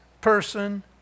person